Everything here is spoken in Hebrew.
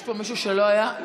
יש פה מישהו שלא היה?